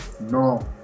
No